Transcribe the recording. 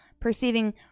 perceiving